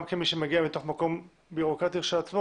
גם כמי שמגיע מתוך מקום בירוקרטי כשלעצמו